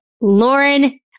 Lauren